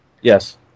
Yes